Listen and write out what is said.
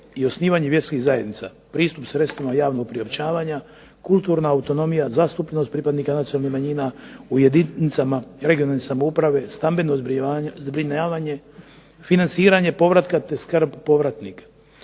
i osnivanje vjerskih zajednica, pristup sredstvima javnog priopćavanja, kulturna autonomija, zastupljenost pripadnika nacionalnih manjina u jedinicama regionalne samouprave, stambeno zbrinjavanje, financiranje povratka te skrb povratnika.